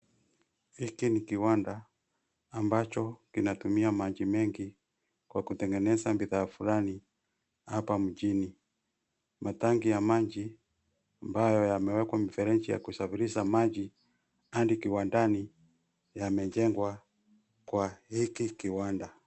Hiki ni kiwanda, ambacho kinatumia maji mengi, kwa kutengeneza bidhaa fulani hapa mjini. Matangi ya maji, ambayo yamewekwa mfereji ya kusafirisha maji, hadi kiwandani, yamejengwa, kwa hiki kiwanda.